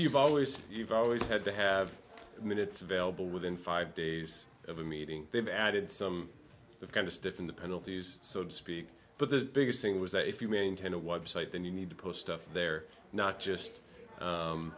you've always you've always had to have minutes available within five days of a meeting they've added some kind of staff in the penalties so to speak but the biggest thing was that if you maintain a website then you need to post stuff there not just